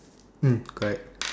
mm correct